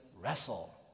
wrestle